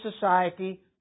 society